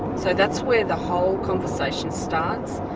so that's where the whole conversation starts.